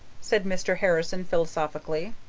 said mr. harrison philosophically.